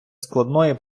складної